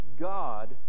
God